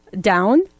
down